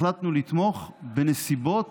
החלטנו לתמוך בנסיבות